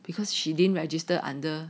because she didn't register under